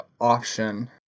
option